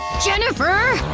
jennifer.